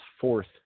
fourth